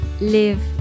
live